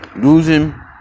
Losing